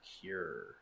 Cure